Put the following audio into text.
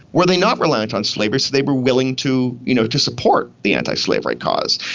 were they not reliant on slavery so they were willing to you know to support the anti-slavery cause?